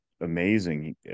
amazing